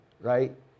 right